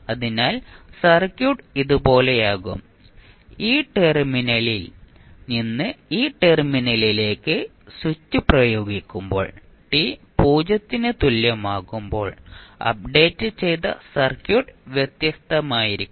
അതിനാൽ സർക്യൂട്ട് ഇതുപോലെയാകും ഈ ടെർമിനലിൽ നിന്ന് ഈ ടെർമിനലിലേക്ക് സ്വിച്ച് പ്രയോഗിക്കുമ്പോൾ t 0 ന് തുല്യമാകുമ്പോൾ അപ്ഡേറ്റ് ചെയ്ത സർക്യൂട്ട് വ്യത്യസ്തമായിരിക്കും